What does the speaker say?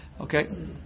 okay